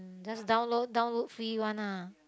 just download download free one lah